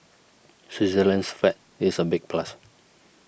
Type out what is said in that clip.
Switzerland's flag is a big plus